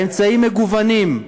האמצעים מגוונים,